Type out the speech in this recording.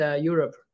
Europe